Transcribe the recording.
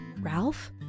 Ralph